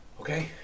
okay